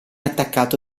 attaccato